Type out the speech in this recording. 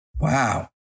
Wow